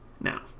now